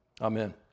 amen